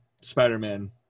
spider-man